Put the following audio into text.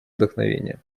вдохновения